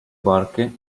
barche